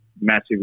massively